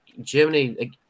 Germany